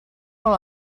vol